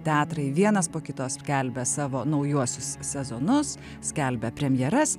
teatrai vienas po kito skelbia savo naujuosius sezonus skelbia premjeras